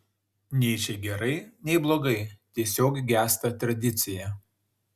nei čia gerai nei blogai tiesiog gęsta tradicija